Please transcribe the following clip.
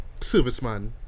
serviceman